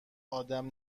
آدم